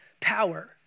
power